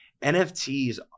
nfts